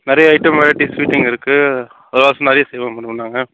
நிறைய item variety sweet இங்கே இருக்குது வருஷமாக நிறைய செய்வோம் மேடம் நாங்கள்